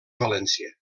valència